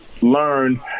learn